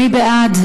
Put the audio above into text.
מי בעד?